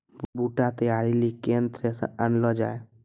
बूटा तैयारी ली केन थ्रेसर आनलऽ जाए?